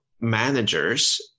managers